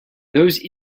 those